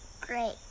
Great